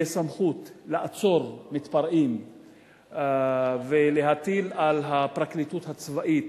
סמכות לעצור מתפרעים ולהטיל על הפרקליטות הצבאית